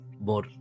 more